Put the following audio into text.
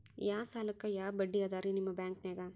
ಯಾ ಸಾಲಕ್ಕ ಯಾ ಬಡ್ಡಿ ಅದರಿ ನಿಮ್ಮ ಬ್ಯಾಂಕನಾಗ?